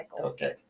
Okay